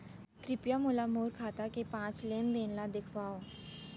कृपया मोला मोर खाता के पाँच लेन देन ला देखवाव